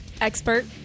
Expert